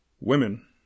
women